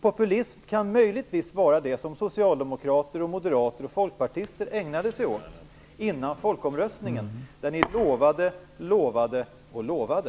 Populism kan möjligtvis vara det som socialdemokrater, moderater och folkpartister ägnade sig åt innan folkomröstningen, när ni lovade, lovade och lovade.